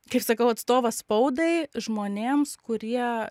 kaip sakau atstovas spaudai žmonėms kurie